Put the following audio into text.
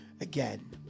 again